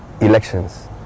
elections